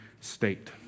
state